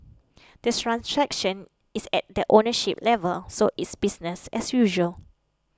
the transaction is at the ownership level so it's business as usual